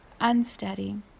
unsteady